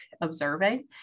observing